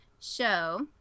show